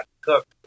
cook